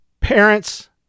parents